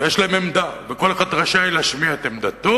ויש להם עמדה, וכל אחד רשאי להשמיע את עמדתו,